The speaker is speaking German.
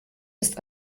ist